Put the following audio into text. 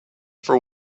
for